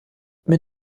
mit